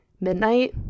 midnight